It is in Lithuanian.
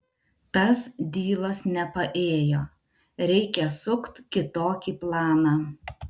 tas dylas nepaėjo reikia sukt kitokį planą